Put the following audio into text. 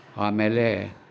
ಆಮೇಲೆ